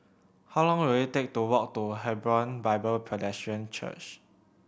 how long will it take to walk to Hebron Bible Presbyterian Church